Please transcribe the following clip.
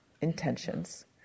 intentions